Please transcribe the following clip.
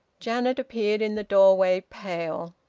janet appeared in the doorway, pale.